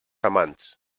amants